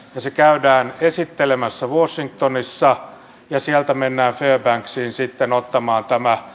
se käydään esittelemässä washingtonissa ja sieltä mennään sitten fairbanksiin ottamaan